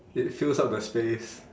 it fills up the space